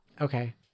okay